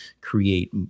create